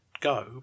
go